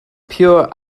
pure